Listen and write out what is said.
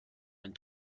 ein